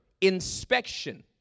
inspection